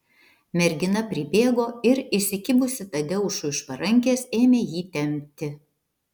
mergina pribėgo ir įsikibusi tadeušui už parankės ėmė jį tempti